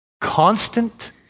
constant